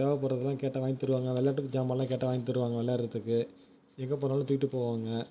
தேவைப்படுகிறதெல்லாம் கேட்டால் வாங்கித் தருவாங்கள் விளாட்டுக்கு ஜாமான்லாம் கேட்டால் வாங்கித் தருவாங்கள் விளாட்றதுக்கு எங்கே போனாலும் தூக்கிட்டு போவாங்கள்